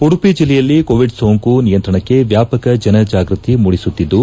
ಉಡುಪಿ ಜಲ್ಲೆಯಲ್ಲಿ ಕೋವಿಡ್ ಸೋಂಕು ನಿಯಂತ್ರಣಕ್ಕೆ ವ್ಯಾಪಕ ಜನಜಾಗೃತಿ ಮೂಡಿಸುತ್ತಿದ್ದು